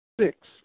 six